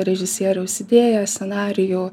režisieriaus idėją scenarijų